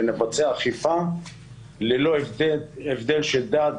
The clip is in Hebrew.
ונבצע אכיפה ללא הבדל של דת,